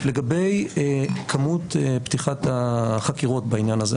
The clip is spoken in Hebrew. לגבי כמות פתיחת החקירות בעניין הזה,